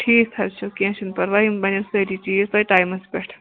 ٹھیٖک حظ چھُ کینٛہہ چھُنہٕ پَرواے یِم بَنن سٲری چیٖز تۄہہِ ٹایمَس پٮ۪ٹھ